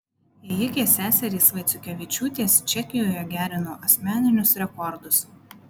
ėjikės seserys vaiciukevičiūtės čekijoje gerino asmeninius rekordus